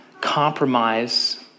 compromise